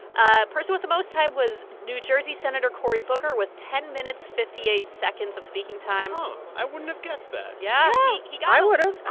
ah person with the most time was new jersey senator cory booker with ten minutes, fifty eight seconds of speaking time oh, i wouldn't have guessed that yeah yeah he got. i would have